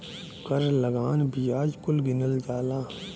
कर लगान बियाज कुल गिनल जाला